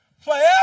forever